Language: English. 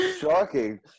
Shocking